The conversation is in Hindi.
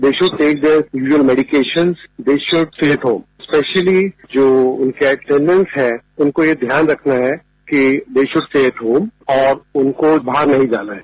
they should take their your medication they should stay home specially जो उनका अटेंडेंट है उनको ये ध्यान रखना है कि दे शुड स्टे होम और उनको बाहर नहीं जाना है